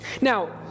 Now